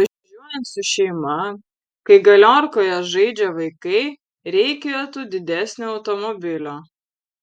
važiuojant su šeima kai galiorkoje žaidžia vaikai reikėtų didesnio automobilio